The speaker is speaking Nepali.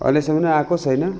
अहिलेसम्म आएको छैन